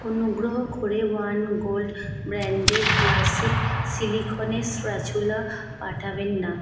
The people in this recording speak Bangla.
অনুগ্রহ করে ওয়ান গোল্ড ব্র্যাণ্ডের ক্লাসিক সিলিকনের স্প্যাচুলা পাঠাবেন না